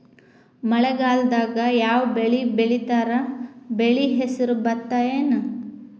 ಮಳೆಗಾಲದಾಗ್ ಯಾವ್ ಬೆಳಿ ಬೆಳಿತಾರ, ಬೆಳಿ ಹೆಸರು ಭತ್ತ ಏನ್?